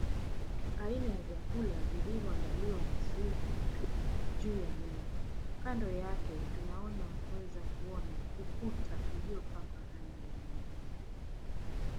Aina ya vyakula vilivyoandaliwa vizuri juu ya meza. Kando yake tunaweza kuona ukuta uliopakwa rangi black .